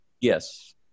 Yes